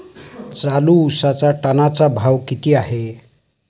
चालू उसाचा टनाचा भाव किती आहे?